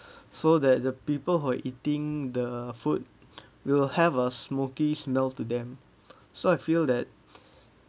so that the people who are eating the food will have a smoky smell to them so I feel that